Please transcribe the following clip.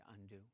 undo